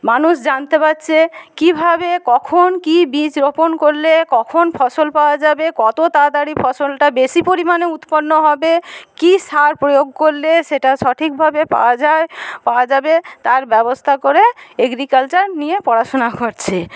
মানুষ জানতে পারছে কীভাবে কখন কি বীজ রোপণ করলে কখন ফসল পাওয়া যাবে কত তাড়াতাড়ি ফসলটা বেশী পরিমাণে উৎপন্ন হবে কি সার প্রয়োগ করলে সেটা সঠিকভাবে পাওয়া যায় পাওয়া যাবে তার ব্যবস্থা করে এগ্রিকালচার নিয়ে পড়াশুনা করছে